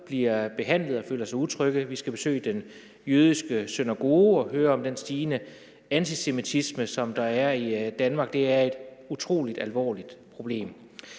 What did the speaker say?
bliver behandlet og føler sig utrygge. Vi skal besøge den jødiske synagoge og høre om den stigende antisemitisme, der er i Danmark. Det er et utrolig alvorligt problem.